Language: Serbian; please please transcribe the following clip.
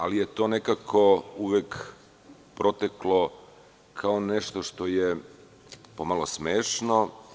Ali, to je nekako uvek proteklo kao nešto što je pomalo smešno.